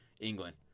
England